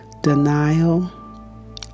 denial